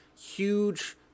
huge